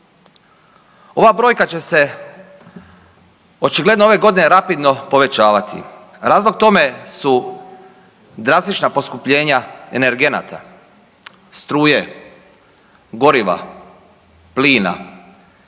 Ova brojka će se očigledno ove godine rapidno povećavati. Razlog tome su drastična poskupljenja energenata, struje, goriva, plina